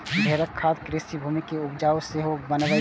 भेड़क खाद कृषि भूमि कें उपजाउ सेहो बनबै छै